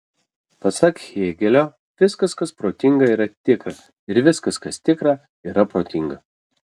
pasak hėgelio viskas kas protinga yra tikra ir viskas kas tikra yra protinga